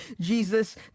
jesus